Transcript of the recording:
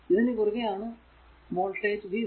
ഇതിനു കുറുകെ ആണ് വോൾടേജ് v0